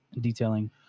detailing